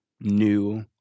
new